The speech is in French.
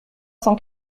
cents